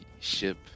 ship